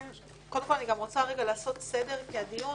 אני גם רוצה לעשות סדר כי הדיון